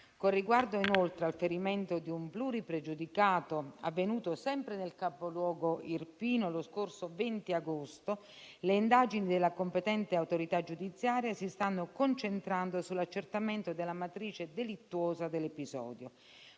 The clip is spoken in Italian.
Con riguardo, inoltre, al ferimento di un pluripregiudicato avvenuto sempre nel capoluogo irpino lo scorso 20 agosto, le indagini della competente autorità giudiziaria si stanno concentrando sull'accertamento della matrice delittuosa dell'episodio.